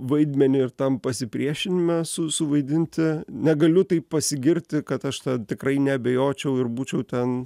vaidmenį ir tam pasipriešinime su suvaidinti negaliu taip pasigirti kad aš tą tikrai neabejočiau ir būčiau ten